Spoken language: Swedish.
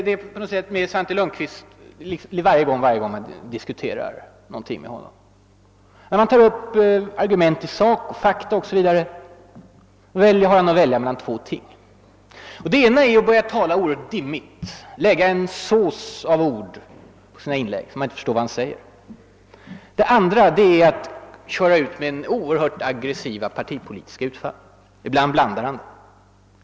Det inträffar alltid samma sak vid diskussioner med Svante Lundkvist: när man för fram fakta och argumenterar i sak, har han att välja mellan två ting. Det ena är att han börjar tala väldigt dimmigt; han lägger en sås av ord över sina inlägg, så att man inte förstår vad han säger. Det andra är att han gör aggressiva partipolitiska utfall. Ibland använder han båda metoderna samtidigt.